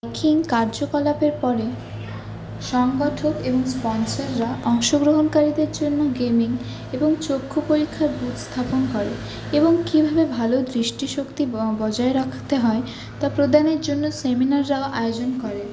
কার্যকলাপের পরে সংগঠক এবং স্পনসররা অংশগ্রহণকারীদের জন্য গেমিং এবং চক্ষু পরীক্ষার বুথ স্থাপন করে এবং কীভাবে ভালো দৃষ্টিশক্তি বজায় রাখতে হয় তা প্রদানের জন্য সেমিনারও আয়োজন করে